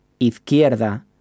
izquierda